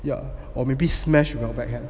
yeah or maybe smashed with our backhand